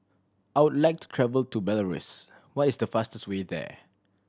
I would like to travel to Belarus what is the fastest way there